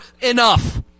enough